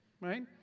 right